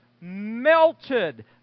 Melted